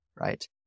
Right